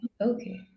okay